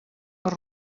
per